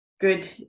good